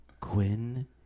Quinn